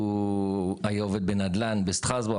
הוא היה עובד בנדל"ן בשטרסבורג,